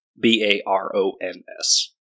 B-A-R-O-N-S